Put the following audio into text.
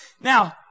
Now